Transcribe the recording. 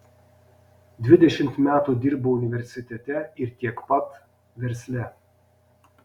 dvidešimt metų dirbau universitete ir tiek pat versle